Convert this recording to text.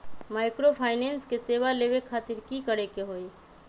Microfinance के सेवा लेबे खातीर की करे के होई?